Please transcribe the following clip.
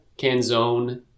Canzone